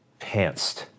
pantsed